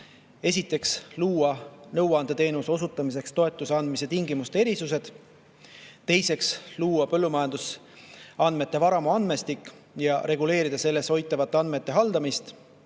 esiteks luua nõuandeteenuse osutamiseks toetuse andmise tingimuste erisused, teiseks luua põllumajandusandmete varamu andmestik ja reguleerida selles hoitavate andmete haldamist